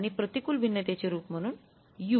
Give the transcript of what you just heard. आणि प्रतिकूल भिन्नतेचे रूप म्हणून U घेतो